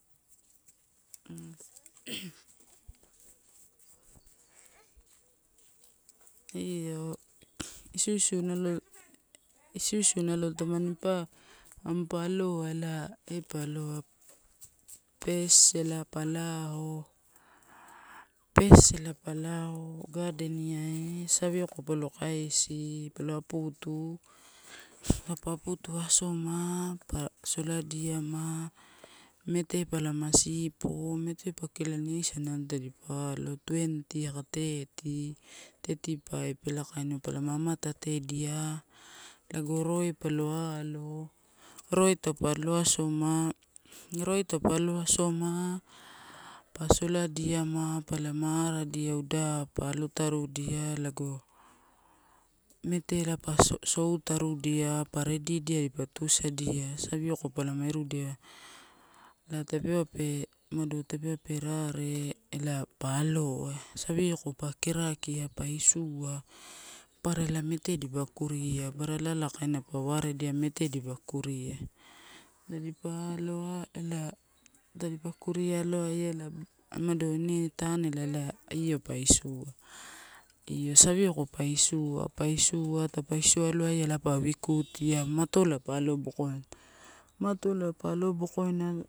io isuisu nalo tamanipa ampa aloa ela epa aloa, pes ela pa lao gadeniai awioko pa lo kaisi pa lo aputu. Taupa aputu asoma pa soladiama, mete paloma sipo, mete pakilani eisa nalo tadipa alo, tuwenti aka teti, teti paif elaikainiua alama matatedia. Lago roe palo alo, roe taupe alo asoma, roe taupe alo asoma pa sola elia ma palama araddia lida pa alotarudia lago, mete pa sou tarudia pa redidia dipa tusadia. Savioko palama arudia, ela tapeuwa, umado tapeuwa pe rae ela pa aloa, savioko pa kerakia pa isua, papara ela mete dipa kuria. Barala ala kaina pa waredia mete dipa kuria, tadipa aloa ela, tadipa kuri aloaia ela umado ine tanela la io pa isua, io savioko pa isua, pa isua taupe isua aloai a ela pa wikutia matola pa alobokaina, matola pa alobokoina.